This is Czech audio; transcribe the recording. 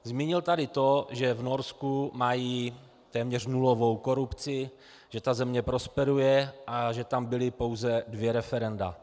Zmínil tady to, že v Norsku mají téměř nulovou korupci, že ta země prosperuje a že tam byla pouze dvě referenda.